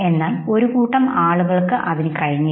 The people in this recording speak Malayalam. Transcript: എന്നാൽ ഒരു കൂട്ടം ആളുകൾക്ക് അതിനു കഴിഞ്ഞില്ല